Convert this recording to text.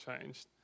changed